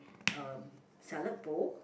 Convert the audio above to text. um salad bowl